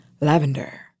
Lavender